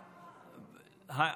שחאדה,